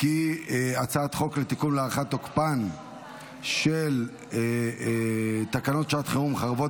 את הצעת חוק לתיקון ולהארכת תוקפן של תקנות שעת חירום (חרבות